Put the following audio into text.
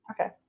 Okay